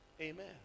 Amen